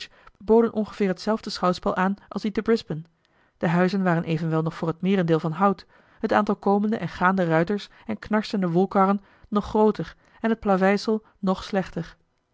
boden ongeveer hetzelfde schouwspel aan als die te brisbane de huizen waren evenwel nog voor het meerendeel van hout het aantal komende en gaande ruiters en knarsende wolkarren nog grooter en het plaveisel nog slechter